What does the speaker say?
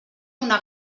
una